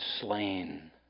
slain